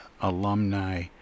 alumni